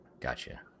gotcha